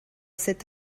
cet